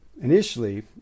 Initially